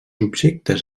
objectes